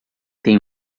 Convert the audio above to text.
têm